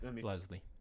Leslie